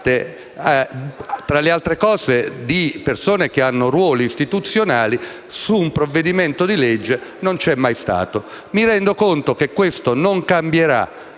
tra le altre cose, di persone che hanno ruoli istituzionali, su un provvedimento di legge non ci sia mai stato. Mi rendo conto che questo non cambierà